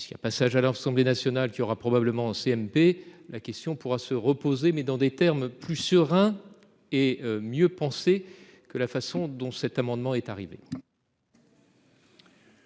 puisqu'il y a passage à leur assemblée nationale qui aura probablement en CMP la question pourra se reposer mais dans des termes plus serein et mieux penser que la façon dont cet amendement est arrivé.